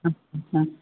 ആ ആ ആ